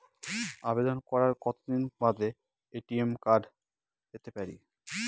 আবেদন করার কতদিন বাদে এ.টি.এম কার্ড পেতে পারি?